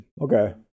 Okay